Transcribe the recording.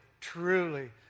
truly